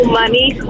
money